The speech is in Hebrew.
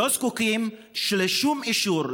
לא זקוקים לשום אישור,